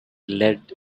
lead